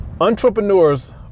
Entrepreneurs